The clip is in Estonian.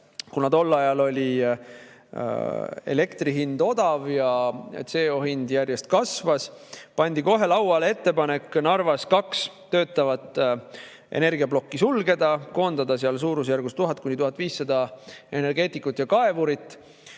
kuna tol ajal oli elektri hind odav ja CO2hind järjest kasvas – ettepanek Narvas kaks töötavat energiaplokki sulgeda, koondada suurusjärgus 1000–1500 energeetikut ja kaevurit.